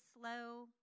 slow